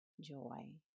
joy